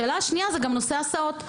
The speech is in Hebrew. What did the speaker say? השאלה השנייה היא בנושא הסעות.